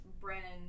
Brandon